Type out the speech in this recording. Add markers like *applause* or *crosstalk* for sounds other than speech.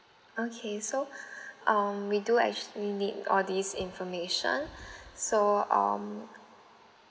okay so *breath* um we do actually need all these information *breath* so um